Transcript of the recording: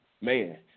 man